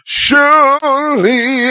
surely